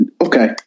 okay